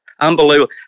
Unbelievable